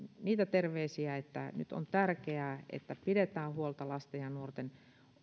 niitä terveisiä että nyt on tärkeää että pidetään huolta lasten ja nuorten